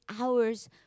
hours